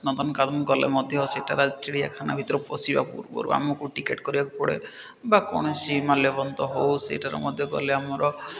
ନନ୍ଦନକାନନ ଗଲେ ମଧ୍ୟ ସେଠାରେ ଚିଡ଼ିଆଖାନା ଭିତରୁ ପଶିବା ପୂର୍ବରୁ ଆମକୁ ଟିକେଟ୍ କରିବାକୁ ପଡ଼େ ବା କୌଣସି ମାଲ୍ୟବନ୍ତ ହଉ ସେଇଠାରେ ମଧ୍ୟ ଗଲେ ଆମର